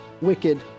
wicked